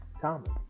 Thomas